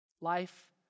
Life